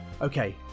Okay